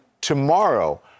tomorrow